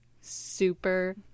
super